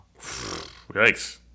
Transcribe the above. Yikes